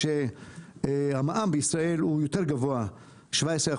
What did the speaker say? כאשר המע"מ בישראל הוא יותר גבוה - 17%,